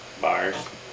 bars